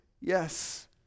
yes